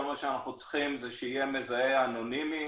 כל מה שאנחנו צריכים הוא שיהיה מזהה אנונימי,